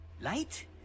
Light